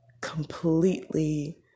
completely